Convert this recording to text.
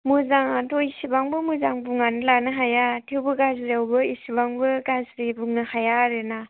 मोजाङाथ' इसेबांबो मोजां बुंनानै लानो हाया थेवबो गाज्रियावबो इसेबांबो गाज्रि बुंनो हाया आरोना